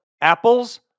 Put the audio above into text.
Apples